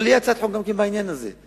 אבל תהיה הצעת חוק גם בעניין הזה.